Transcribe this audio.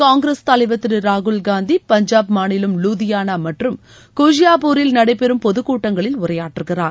காங்கிரஸ் தலைவர் திரு ராகுல் காந்தி பஞ்சாப் மாநிலம் லூதியானா மற்றும் கோஷியாப்பூரில் நடைபெறும் பொதுக் கூட்டங்களில் உரையாற்றுகிறார்